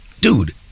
dude